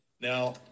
Now